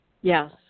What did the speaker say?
Yes